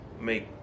make